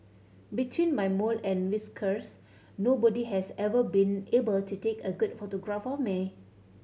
between my mole and whiskers nobody has ever been able to take a good photograph of me